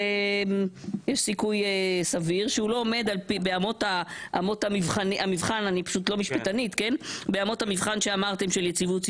שיש סיכוי סביר שהוא לא עומד באמות המבחן שאמרתם של יציבות,